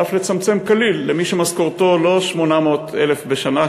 ואף לצמצם כליל אצל מי שמשכורתו לא 800,000 בשנה,